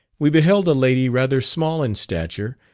we beheld a lady rather small in stature,